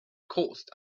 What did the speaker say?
caused